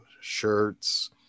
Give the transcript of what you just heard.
shirts